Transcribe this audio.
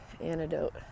antidote